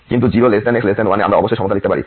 কিন্তু 0 x 1 এ আমরা অবশ্যই এই সমতা লিখতে পারি